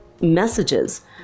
messages